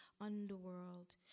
underworld